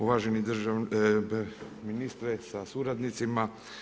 Uvaženi ministre sa suradnicima.